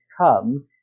come